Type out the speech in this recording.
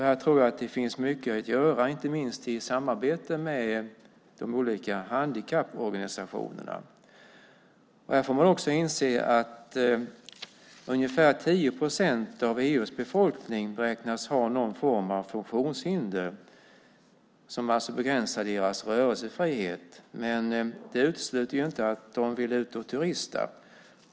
Här tror jag att det finns mycket att göra, inte minst i samarbete med de olika handikapporganisationerna. Ungefär 10 procent av EU:s befolkning beräknas ha någon form av funktionshinder som begränsar deras rörelsefrihet, men det utesluter inte att de vill turista.